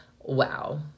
Wow